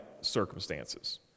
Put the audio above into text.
circumstances